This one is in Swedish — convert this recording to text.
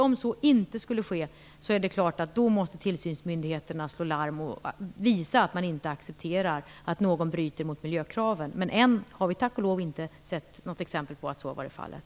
Om så inte skulle ske är det klart att tillsynsmyndigheterna måste slå larm och visa att man inte accepterar att någon bryter mot miljökraven. Men än så länge har vi tack och lov inte sett något exempel på att så har varit fallet.